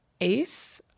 Ace